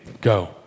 go